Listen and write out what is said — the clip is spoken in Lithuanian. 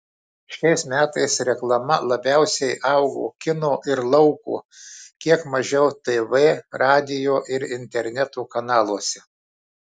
šiais metais reklama labiausiai augo kino ir lauko kiek mažiau tv radijo ir interneto kanaluose